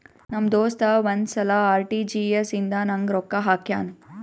ನಮ್ ದೋಸ್ತ ಒಂದ್ ಸಲಾ ಆರ್.ಟಿ.ಜಿ.ಎಸ್ ಇಂದ ನಂಗ್ ರೊಕ್ಕಾ ಹಾಕ್ಯಾನ್